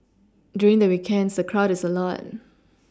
during the weekends the crowd is a lot